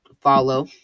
follow